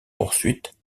poursuite